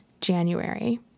January